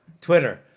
Twitter